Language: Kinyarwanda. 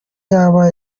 yaba